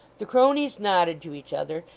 the cronies nodded to each other,